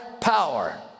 power